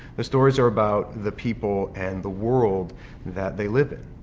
the stories are about the people and the world that they live in.